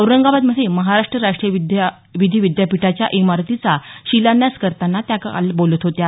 औरंगाबादमध्ये महाराष्ट्र राष्ट्रीय विधी विद्यापीठाच्या इमारतीचा शिलान्यास करताना त्या काल बोलत होत्या